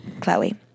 Chloe